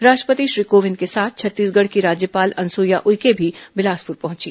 राष्ट्रपति श्री कोविंद के साथ छत्तीसगढ़ की राज्यपाल अनुसुईया उईके भी बिलासपुर पहुंची